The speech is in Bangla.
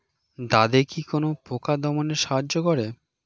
দাদেকি কোন পোকা দমনে সাহায্য করে?